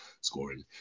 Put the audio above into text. scoring